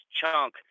chunk